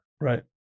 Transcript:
Right